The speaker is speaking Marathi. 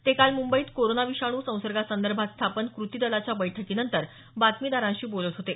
ते काल मुंबईत कोरोना विषाणू संसर्गा संदर्भात स्थापन कृती दलाच्या बैठकीनंतर बातमीदारांशी बोलत होते